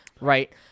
right